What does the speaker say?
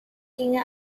ginge